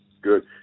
Good